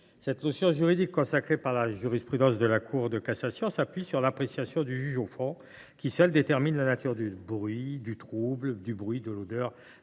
Cette notion juridique, consacrée par la jurisprudence de la Cour de cassation, s’appuie sur l’appréciation du juge au fond, qui, seul, détermine la nature du trouble – bruits, odeurs,